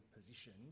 position